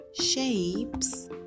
shapes